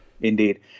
indeed